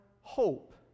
hope